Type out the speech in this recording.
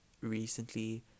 recently